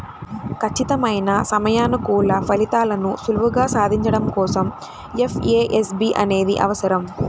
ఖచ్చితమైన సమయానుకూల ఫలితాలను సులువుగా సాధించడం కోసం ఎఫ్ఏఎస్బి అనేది అవసరం